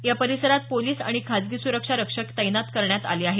या परिसरात पोलिस आणि खासगी सुरक्षा रक्षक तैनात करण्यात आले आहेत